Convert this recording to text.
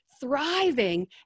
thriving